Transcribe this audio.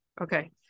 Okay